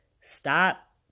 Stop